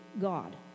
God